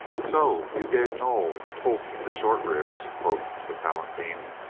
so you gave noll a poke in the short ribs? quoth the palatine.